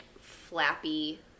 flappy